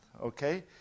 Okay